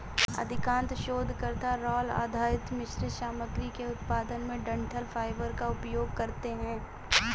अधिकांश शोधकर्ता राल आधारित मिश्रित सामग्री के उत्पादन में डंठल फाइबर का उपयोग करते है